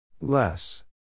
Less